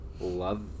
love